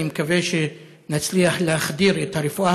אני מקווה שנצליח להחדיר את הרפואה